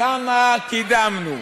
כמה קידמנו.